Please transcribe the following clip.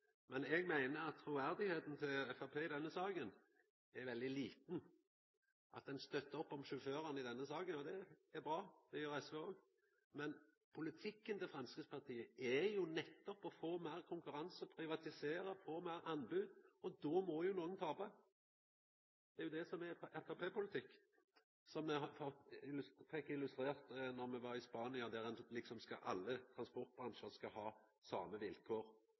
men politikken til Framstegspartiet er nettopp å få meir konkurranse, privatisera, få meir på anbod. Då må nokon tapa – det er jo det som er framstegspartipolitikk – slik me fekk illustrert då me var i Spania, der alle transportbransjar skal ha same vilkår,